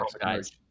guys